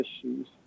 issues